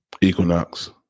Equinox